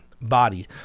body